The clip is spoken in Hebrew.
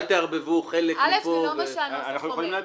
אל תערבבו חלק מפה --- (א) זה לא אומר --- אנחנו יכולים להעתיק,